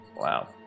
Wow